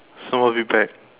some of you back